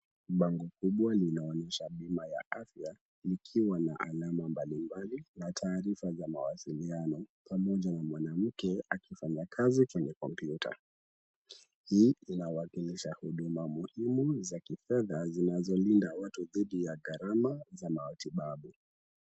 Bango kubwa linaonyesha bima la afya likiwa na alama mbalimbali na taarifa za mawasiliano pamoja na mwanamke akifanya kazi kwenye kompyuta. Hili inaonyesha huduma muhimu za kifedha zinazolinda watu kutokana na gharama za matibabu.